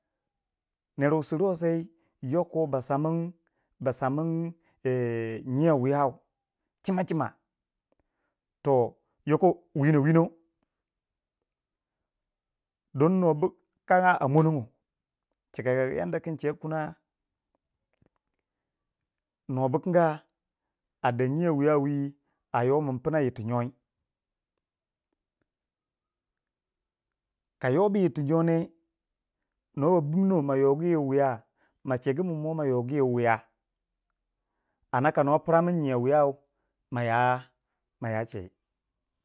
Ner wu sir ruwai yoko ba samin ba samin nyiya wiya chịmachịma toh yoko wino wino dọn nuwa bu kanga a monongo chika yanda kin che kina nuwa bu kanga a de nyiyau wiya wi a yoh min pina yir ti nyoi kayobu yir ti nyone nuwa ba bimno ma yogi wu wiya, ma chegu min mo ma yogi wu wiya ana ka nwa pira min nyiyau wiyau maya maya chegi.